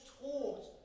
taught